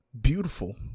beautiful